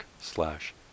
slash